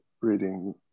reading